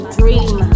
dream